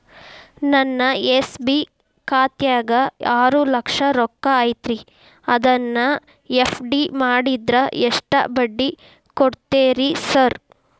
ನನ್ನ ಎಸ್.ಬಿ ಖಾತ್ಯಾಗ ಆರು ಲಕ್ಷ ರೊಕ್ಕ ಐತ್ರಿ ಅದನ್ನ ಎಫ್.ಡಿ ಮಾಡಿದ್ರ ಎಷ್ಟ ಬಡ್ಡಿ ಕೊಡ್ತೇರಿ ಸರ್?